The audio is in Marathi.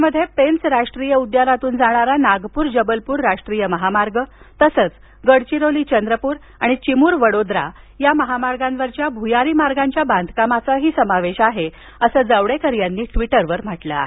यांमध्ये पेंच राष्ट्रीय उद्यानातून जाणारा नागपूर जबलपूर राष्ट्रीय महामार्ग तसंच गडचिरोली चंद्रपूर आणि चिमूर वडोदरा या महामार्गांवरच्या भुयारीमार्गांच्या बांधकामाचाही समावेश आहे असं जावडेकर यांनी ट्वीटमध्ये म्हटलं आहे